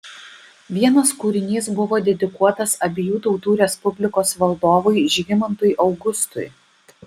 vienas kūrinys buvo dedikuotas abiejų tautų respublikos valdovui žygimantui augustui